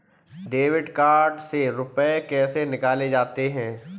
Debit card से रुपये कैसे निकाले जाते हैं?